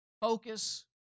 Focus